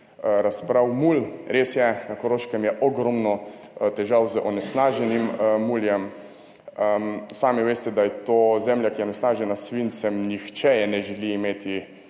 omenjen mulj. Res je, na Koroškem je ogromno težav z onesnaženim muljem. Sami veste, da je to zemlja, ki je onesnažena s svincem, nihče je ne želi imeti